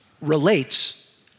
relates